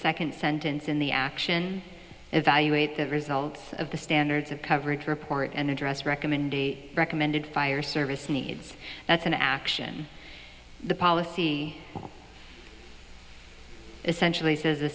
second sentence in the action evaluate the results of the standards of coverage report and address recommendation recommended fire service needs thats an action the policy essentially says the